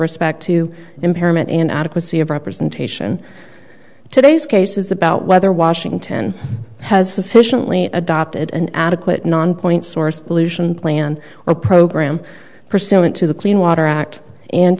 respect to impairment and adequacy of representation today's case is about whether washington has officially adopted an adequate non point source pollution plan or program pursuant to the clean water act and